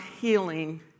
healing